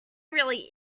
really